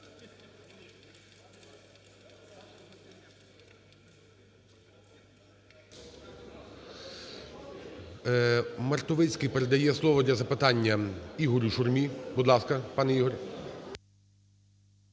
Мартовицький передає слово для запитання Ігорю Шурмі. Будь ласка, пане Ігор.